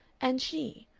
and she,